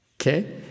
Okay